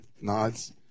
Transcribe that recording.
Nods